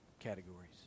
Categories